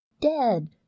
Dead